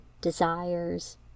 desires